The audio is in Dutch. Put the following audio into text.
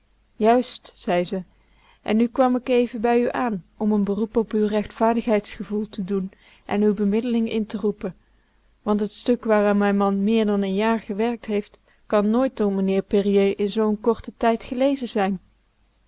juist zei ze en nu kwam k even bij it aan om n beroep op uw rechtvaardigheidsgevoel te doen en uw bemiddeling in te roepen want t stuk waaraan mijn man meer dan n jaar gewerkt heeft kan nooit door meneer périer in zoo'n korten tijd gelezen zijn